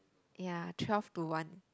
ya twelve to one